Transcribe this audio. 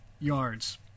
yards